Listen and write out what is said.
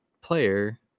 player